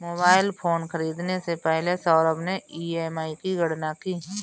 mobile phone खरीदने से पहले सौरभ ने ई.एम.आई की गणना की